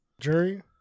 Jury